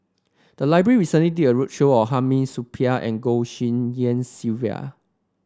the library recently did a roadshow on Hamid Supaat and Goh Tshin En Sylvia